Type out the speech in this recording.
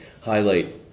highlight